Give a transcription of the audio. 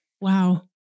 wow